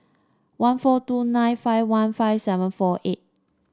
one four two nine five one five seven four eight